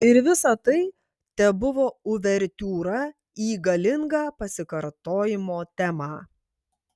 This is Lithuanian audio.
ir visa tai tebuvo uvertiūra į galingą pasikartojimo temą